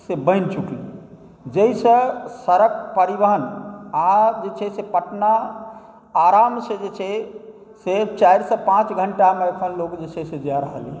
से बनि चुकलै जाहिसँ सड़क परिवहन आब जे छै पटना आरामसँ जे छै से चारिसँ पाँच घण्टामे एखन लोक जे छै से जा रहलैए